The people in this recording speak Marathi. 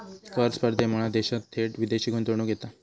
कर स्पर्धेमुळा देशात थेट विदेशी गुंतवणूक येता